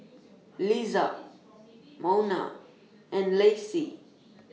Liza Monna and Lacey